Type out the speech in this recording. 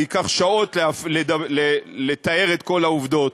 זה ייקח שעות לתאר את כל העובדות.